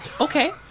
okay